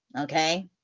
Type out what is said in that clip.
okay